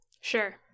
Sure